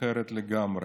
אחרת לגמרי.